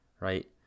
right